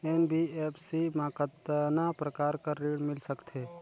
NBFC मा कतना प्रकार कर ऋण मिल सकथे?